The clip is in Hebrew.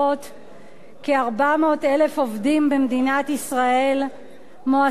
כ-400,000 עובדים במדינת ישראל מועסקים באמצעות